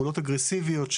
פעולות אגרסיביות,